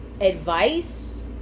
advice